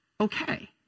okay